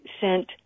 sent